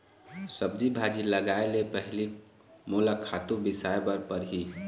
सब्जी भाजी लगाए ले पहिली मोला खातू बिसाय बर परही